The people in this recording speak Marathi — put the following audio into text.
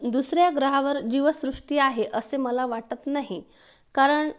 दुसऱ्या ग्रहावर जीवसृष्टी आहे असे मला वाटत नाही कारण